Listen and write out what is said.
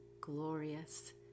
glorious